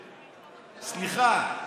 סליחה,